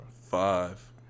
Five